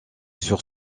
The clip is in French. sur